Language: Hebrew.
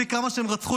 כמוהו,